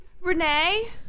Renee